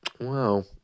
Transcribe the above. Wow